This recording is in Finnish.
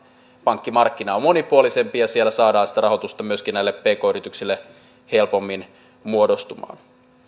pankkimarkkina on monipuolisempi ja saadaan sitä rahoitusta myöskin näille pk yrityksille helpommin muodostumaan